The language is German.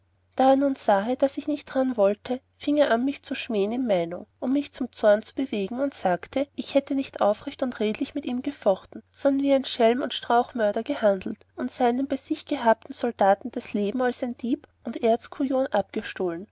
nun sahe daß ich nicht dran wollte fieng er an mich zu schmähen in meinung mich zum zorn zu bewegen und sagte ich hätte nicht aufrecht und redlich mit ihm gefochten sondern wie ein schelm und strauchmörder gehandelt und seinen bei sich gehabten soldaten das leben als ein dieb und erzkujon